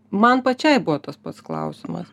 man pačiai buvo tas pats klausimas